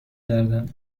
گردم